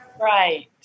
Right